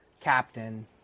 captain